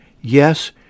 Yes